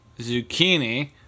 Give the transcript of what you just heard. Zucchini